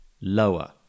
lower